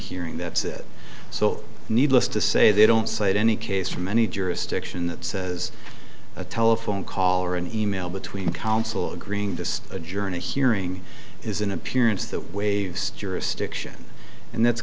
hearing that's it so needless to say they don't cite any case from any jurisdiction that says a telephone call or an e mail between counsel agreeing to adjourn a hearing is an appearance that wave's jurisdiction and that's